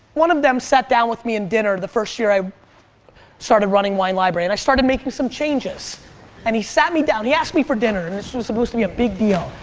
one of them sat down with me at and dinner the first year i started running wine library. and i started making some changes and he sat me down, he asked me for dinner and this was supposed to be a big deal.